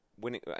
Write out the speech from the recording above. winning